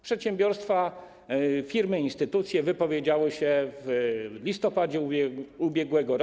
Przedsiębiorstwa, firmy, instytucje wypowiedziały się w listopadzie ub.r.